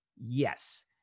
yes